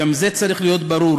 גם זה צריך להיות ברור.